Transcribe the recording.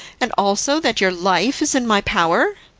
and also that your life is in my power?